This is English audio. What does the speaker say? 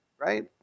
Right